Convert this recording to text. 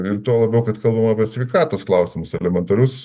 ir tuo labiau kad kalbam apie sveikatos klausimus elementarius